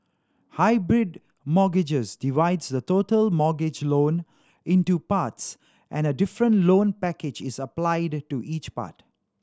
hybrid mortgages divides the total mortgage loan into parts and a different loan package is applied to each part